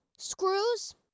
screws